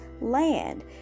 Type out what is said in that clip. land